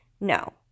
No